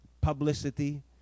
publicity